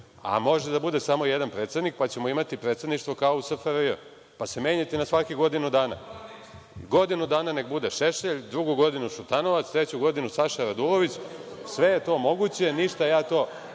a može da bude samo jedan predsednik, pa ćemo imati predsedništvo kao u SFRJ, pa se menjajte na svakih godinu dana. Godinu dana neka bude Šešelj, drugu godinu Šutanovac, treću godinu Saša Radulović, sve je to moguće. Nemam ništa protiv